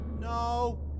No